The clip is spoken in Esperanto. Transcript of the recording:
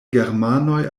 germanoj